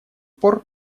пор